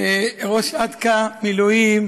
ראש עתכ"א מילואים,